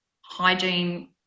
hygiene